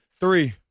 Three